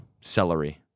Celery